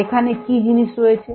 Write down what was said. এখানে কি জানা জিনিস রয়েছে